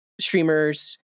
streamers